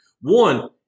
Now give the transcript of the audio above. one